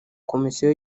komisiyo